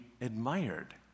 admired